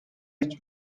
his